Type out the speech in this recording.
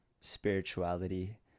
spirituality